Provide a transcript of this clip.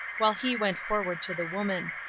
while he went forward to the woman.